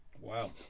Wow